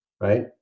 right